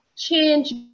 Change